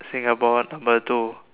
Singapore number two